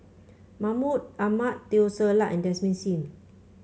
Mahmud Ahmad Teo Ser Luck and Desmond Sim